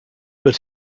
but